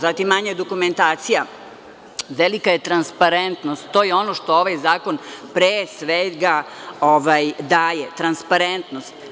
Zatim, manje dokumentacije, velika je transparentnost to je ono što ovaj zakon pre svega daje, transparentnost.